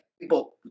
people